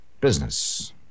Business